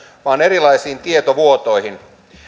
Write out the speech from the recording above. vaan erilaisiin tietovuotoihin